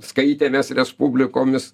skaitėmės respublikomis